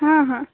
हां हां